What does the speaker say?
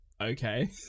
okay